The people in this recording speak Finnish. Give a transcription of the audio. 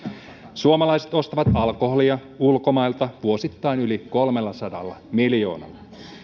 suomalaiset ostavat alkoholia ulkomailta vuosittain yli kolmellasadalla miljoonalla